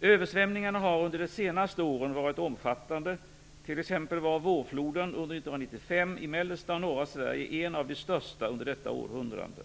Översvämningarna har under de senaste åren varit omfattande, t.ex. var vårfloden under 1995 i mellersta och norra Sverige en av de största under detta århundrade.